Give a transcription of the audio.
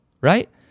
right